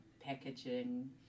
packaging